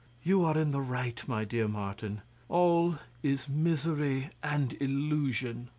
you are in the right, my dear martin all is misery and illusion.